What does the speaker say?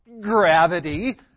gravity